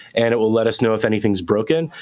and it will let us know if anything's broken.